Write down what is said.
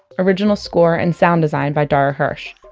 original score and sound design by dara hirsch.